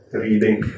reading